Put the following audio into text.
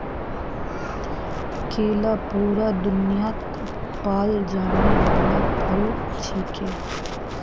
केला पूरा दुन्यात पाल जाने वाला फल छिके